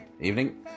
evening